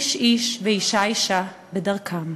איש-איש ואישה-אישה בדרכם.